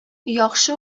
яхшы